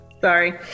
Sorry